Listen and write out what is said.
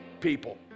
People